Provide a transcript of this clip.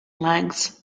legs